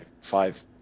five